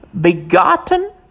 begotten